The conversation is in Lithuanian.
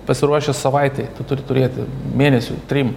pasiruošęs savaitei tu turi turėti mėnesiui trim